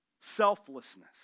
selflessness